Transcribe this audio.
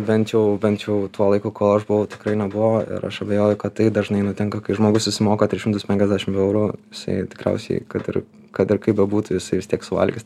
bent jau bent jau tuo laiku kol aš buvau tikrai nebuvo ir aš abejoju kad tai dažnai nutinka kai žmogus susimoka tris šimtus penkiasdešim eurų jisai tikriausiai kad ir kad ir kaip bebūtų jisai vis tiek suvalgys